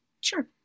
sure